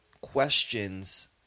questions